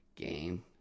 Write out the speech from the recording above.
game